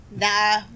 nah